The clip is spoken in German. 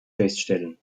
feststellen